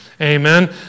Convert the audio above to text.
Amen